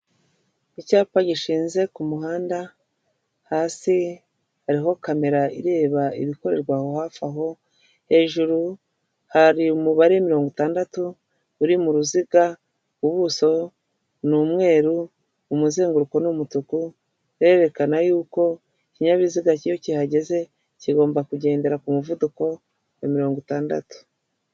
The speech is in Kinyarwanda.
Icyapa gishinze ku muhanda, hasi hariho kamera ireba ibikorerwa aho hafi aho, hejuru hari umubare mirongo itandatu uri mu ruziga, ubuso ni umweru, umuzenguruko ni umutuku, birerekana yuko ikinyabiziga iyo kihageze kigomba kugendera ku muvuduko wa mirongo itandatu.